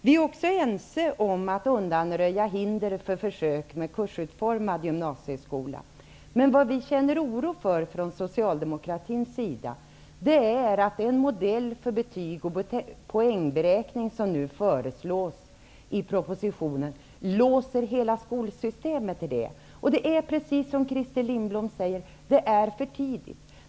Vi är också ense om att undanröja hinder för försök med kursutformad gymnasieskola. Vi socialdemokrater känner oro för att hela skolsystemet låses till den modell för betygs och poängberäkning som nu föreslås i propositionen. Det är, precis som Christer Lindblom säger, för tidigt.